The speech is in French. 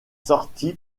sorti